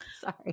Sorry